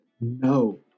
No